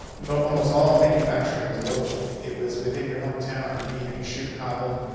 you know almost all manufacturing was local. it was within your home town. if you needed a shoe cobbled,